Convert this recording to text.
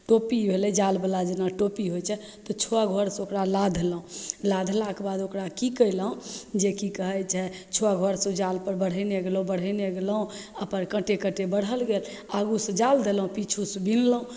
टोपी भेलै जालवला जेना टोपी होइ छै तऽ छओ घरसे ओकरा लाधलहुँ लाधलाके बाद ओकरा कि कएलहुँ जेकि कहै छै छओ घरसे जालपर बढ़ेने गेलहुँ बढ़ेने गेलहुँ अपन काँटे काँटे बढ़ल गेल आगूसे जाल देलहुँ पिछुसे बिनलहुँ